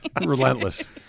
Relentless